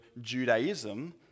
Judaism